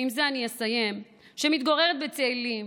שמתגוררת בצאלים,